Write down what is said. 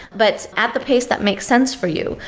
but at the pace that makes sense for you.